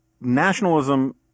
nationalism